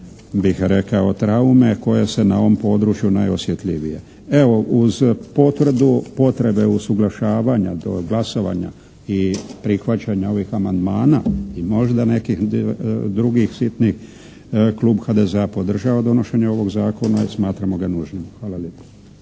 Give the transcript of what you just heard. bih rekao traume koje se na ovom području najosjetljivije. Evo, uz potvrdu potrebe usuglašavanja tog glasovanja i prihvaćanja ovih amandmana i možda nekih drugih sitnih klub HDZ-a podržava donošenje zakona i smatramo ga nužnim. Hvala lijepa.